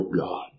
God